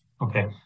Okay